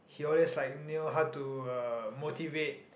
he always like knew how to uh motivate